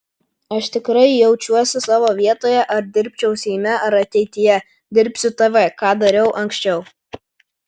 aš tikrai jaučiuosi savo vietoje ar dirbčiau seime ar ateityje dirbsiu tv ką dariau anksčiau